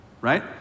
right